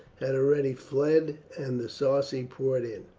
had already fled, and the sarci poured in.